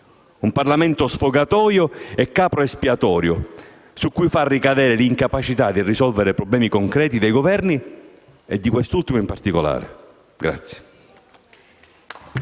un Parlamento sfogatoio e capro espiatorio, su cui far ricadere l'incapacità di risolvere i problemi concreti dei Governi e di quest'ultimo in particolare.